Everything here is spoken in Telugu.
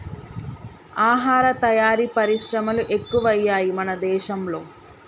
ఆహార తయారీ పరిశ్రమలు ఎక్కువయ్యాయి మన దేశం లో